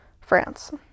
france